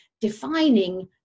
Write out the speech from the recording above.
defining